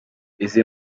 izi